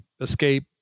escape